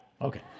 Okay